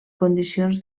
condicions